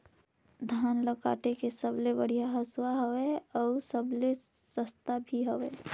धान ल काटे के सबले बढ़िया हंसुवा हवये? अउ सबले सस्ता भी हवे?